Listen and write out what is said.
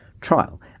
trial